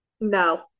No